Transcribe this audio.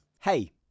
hey